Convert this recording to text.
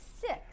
six